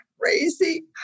crazy